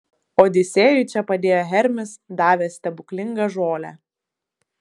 odisėjui čia padėjo hermis davęs stebuklingą žolę